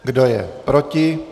Kdo je proti?